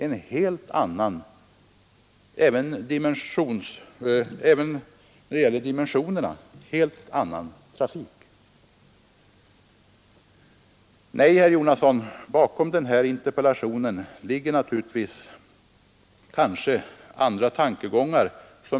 För dessa pengar kan man få en, även när det gäller dimensionerna, helt annan trafik. Nej, herr Jonasson, bakom denna interpellation ligger andra tankegångar.